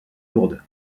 lourde